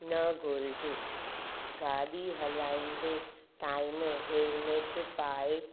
न घुरिजे गाॾी हलाईंदे टाइम हेलमेट पाए